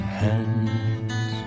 hands